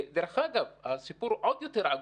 דרך אגב, הסיפור הוא עוד יותר עגום.